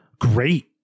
great